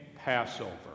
Passover